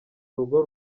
urugo